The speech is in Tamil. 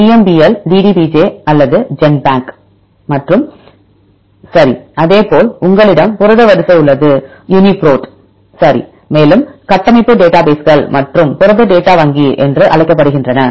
EMBL DDBJ வலது ஜென்பேங்க் மற்றும் சரி அதேபோல் உங்களிடம் புரத வரிசை உள்ளது யுனிபிரோட் சரி மேலும் கட்டமைப்பு டேட்டாபேஸ் கள் மற்றும் புரத டேட்டா வங்கி என்றுஅழைக்கப்படுகின்றன